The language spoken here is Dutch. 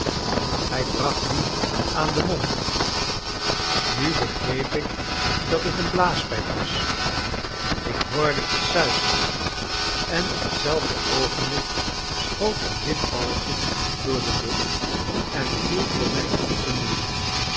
hij bracht dien aan den mond nu begreep ik dat het een blaaspijp was ik hoorde iets suizen en op hetzelfde oogenblik schoot een wit balletje door de lucht en viel voor mijne voeten neer